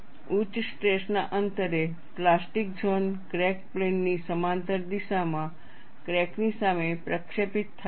ઉચ્ચ સ્ટ્રેસના સ્તરે પ્લાસ્ટિક ઝોન ક્રેક પ્લેન ની સમાંતર દિશામાં ક્રેક ની સામે પ્રક્ષેપિત થાય છે